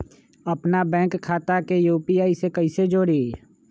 अपना बैंक खाता के यू.पी.आई से कईसे जोड़ी?